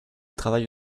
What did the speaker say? travaille